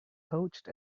poached